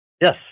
Yes